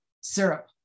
syrup